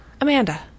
Amanda